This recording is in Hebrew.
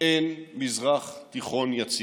אין מזרח תיכון יציב.